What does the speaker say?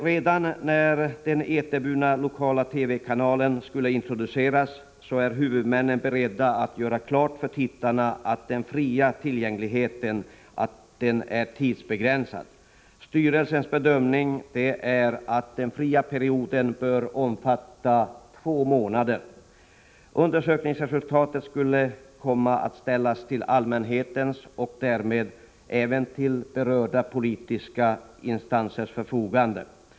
Redan när den eterburna lokala TV-kanalen introduceras skulle huvudmännen vara beredda att göra klart för tittarna att den fria tillgängligheten är tidsbegränsad. Styrelsens bedömning är att den fria perioden bör omfatta två månader. Undersökningsresultatet skulle komma att ställas till allmänhetens och därmed även till berörda politiska instansers förfogande.